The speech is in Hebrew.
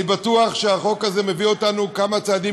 אני בטוח שהחוק הזה מביא אותנו כמה צעדים